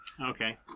Okay